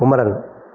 Kumaran